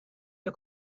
the